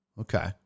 Okay